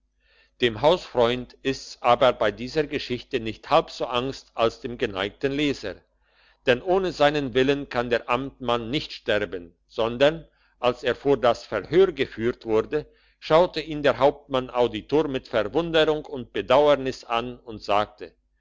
dem hausfreund ist's aber bei dieser geschichte nicht halb so angst als dem geneigten leser denn ohne seinen willen kann der amtmann nicht sterben sondern als er vor das verhör geführt wurde schaute ihn der hauptmann auditor mit verwunderung und bedauernis an und sagte